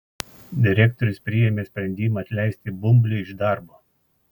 direktorius priėmė sprendimą atleisti bumblį iš darbo